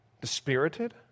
dispirited